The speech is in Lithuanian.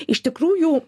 iš tikrųjų